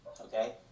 Okay